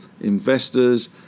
investors